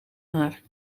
haar